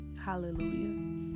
hallelujah